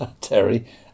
Terry